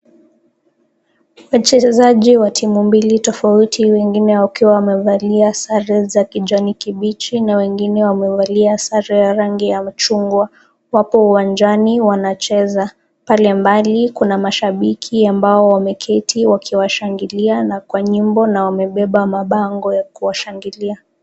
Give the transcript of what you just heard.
Wachezaji wa timu mbili tofauti wengine wakiwa wamevaa sare za kijani kibichi na wengine wamevaa sare ya rangi ya chungwa. Wapo uwanjani wanacheza. Pale mbali kuna mashabiki ambao wameketi wakiwashangilia na kwa nyimbo na wamebeba mabango ya kuwashangilia.